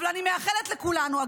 אבל אני מאחלת לכולנו,